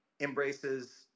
embraces